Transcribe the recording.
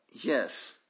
yes